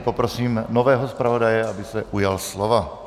Prosím nového zpravodaje, aby se ujal slova.